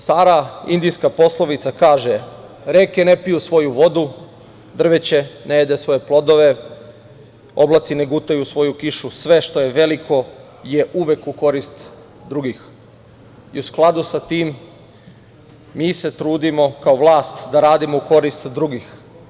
Stara indijska poslovica kaže – reke ne piju svoju vodu, drveće ne jede svoje plodove, oblaci ne gutaju svoju kišu, sve što je veliko je uvek u korist drugih i u skladu sa tim, mi se trudimo kao vlast da radimo u korist drugih.